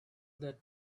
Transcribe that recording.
that